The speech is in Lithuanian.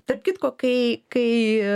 tarp kitko kai kai